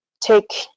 take